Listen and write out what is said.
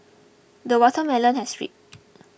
the watermelon has ray